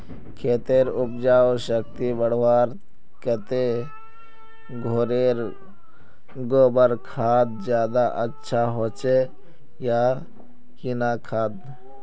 खेतेर उपजाऊ शक्ति बढ़वार केते घोरेर गबर खाद ज्यादा अच्छा होचे या किना खाद?